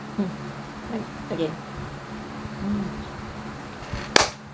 hmm okay mm